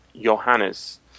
Johannes